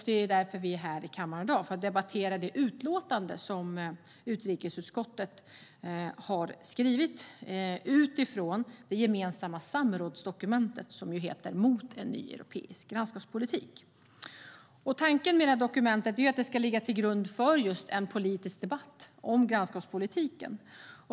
Det är därför vi är här i kammaren i dag - för att debattera det utlåtande som utrikesutskottet har skrivit utifrån det gemensamma samrådsdokumentet Mot en ny europeisk grannskapspolitik . Tanken med det här dokumentet är att det ska ligga till grund för just en politisk debatt om grannskapspolitiken.